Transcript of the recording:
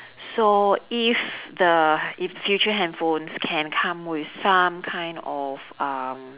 so if the if future handphones can come with some kind of um